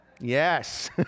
Yes